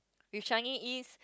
with Changi-East